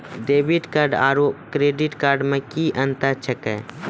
Debit card आरू credit card मे कि अन्तर छैक?